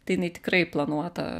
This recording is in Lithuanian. tai jinai tikrai planuota